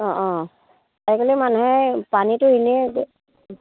অঁ অঁ আজিকলি মানুহে পানীটো এনেই